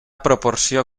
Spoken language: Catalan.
proporció